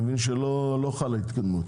אני מבין שלא חלה התקדמות.